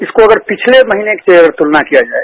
इसको अगर पिछले महीने से तुलना किया जाए